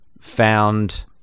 found